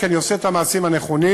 כי אני עושה את המעשים הנכונים.